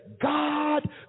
God